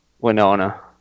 Winona